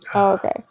Okay